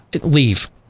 leave